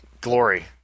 glory